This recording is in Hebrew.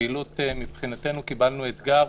מבחינתנו קיבלנו אתגר,